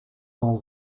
all